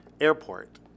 airport